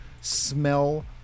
smell